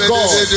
God